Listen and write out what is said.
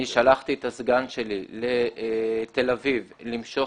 אני שלחתי את הסגן שלי לתל אביב למשוך